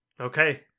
Okay